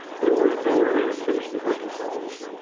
we were in no hurry to finish the book of psalms.